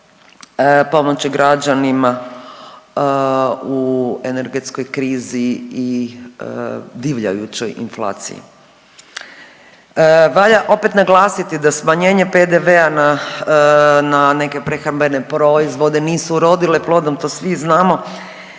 pomoć građanima u energetskoj krizi i divljajućoj inflaciji. Valja opet naglasiti da smanjenje PDV-a na, na neke prehrambene proizvode nisu urodile plodom, to svi znamo,